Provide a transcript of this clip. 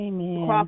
Amen